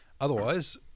Otherwise